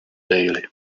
daily